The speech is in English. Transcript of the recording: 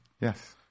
yes